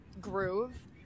groove